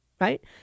right